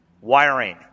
wiring